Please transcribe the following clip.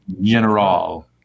General